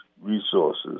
resources